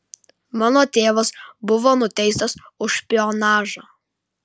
mano tėvas buvo nuteistas už špionažą